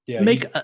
make